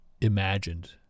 imagined